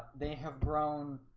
they have grown